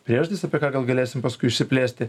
priežastis apie ką gal galėsim paskui išsiplėsti